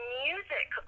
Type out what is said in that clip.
music